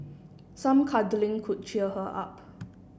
some cuddling could cheer her up